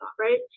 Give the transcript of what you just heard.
right